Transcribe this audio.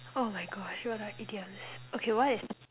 oh my gosh what are idioms okay what is